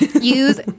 Use